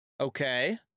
Okay